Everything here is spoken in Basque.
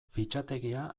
fitxategia